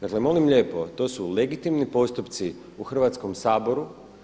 Dakle, molim lijepo, to su legitimni postupci u Hrvatskom saboru.